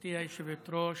גברתי היושבת-ראש,